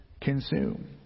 consume